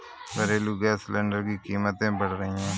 घरेलू gas cylinder की कीमतें बढ़ रही है